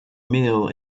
meal